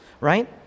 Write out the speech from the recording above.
right